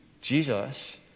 Jesus